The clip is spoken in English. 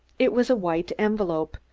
it was a white envelope,